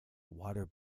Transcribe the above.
water